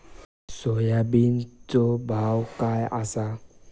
सोयाबीनचो भाव काय आसा?